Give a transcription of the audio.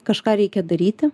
kažką reikia daryti